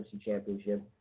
Championship